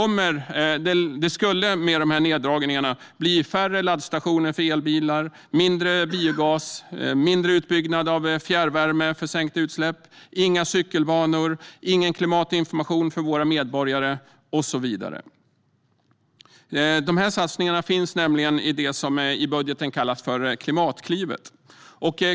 Med de här neddragningarna skulle det bli färre laddstationer för elbilar, mindre biogas, mindre utbyggnad av fjärrvärme för sänkta utsläpp, inga cykelbanor, ingen klimatinformation för våra medborgare och så vidare. Dessa satsningar finns nämligen i det som i budgeten kallas för Klimatklivet.